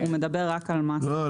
הוא מדבר רק על מס -- לא,